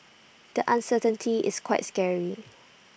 the uncertainty is quite scary